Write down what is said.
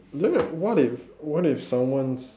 then what if what if someone's